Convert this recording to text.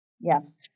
Yes